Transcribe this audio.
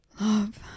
Love